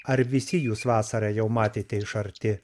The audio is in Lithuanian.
ar visi jūs vasarą jau matėte iš arti